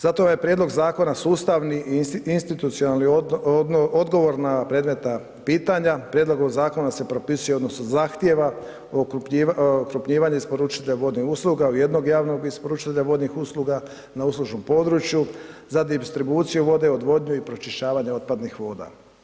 Zato je ovaj prijedlog zakona sustavni i institucionalni odgovor na predmetna pitanja, prijedlogom zakona se propisuje odnosno zahtijeva okrupnjivanje isporučitelja vodnih usluga u jednog javnog isporučitelja vodnih usluga na uslužnom području, zatim distribuciju vode, odvodnju i pročišćavanje otpadnih voda.